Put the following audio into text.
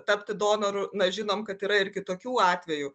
tapti donoru mes žinom kad yra ir kitokių atvejų